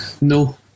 No